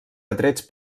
atrets